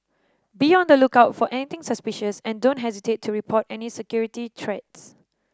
be on the lookout for anything suspicious and don't hesitate to report any security threats